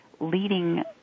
leading